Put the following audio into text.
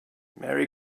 merry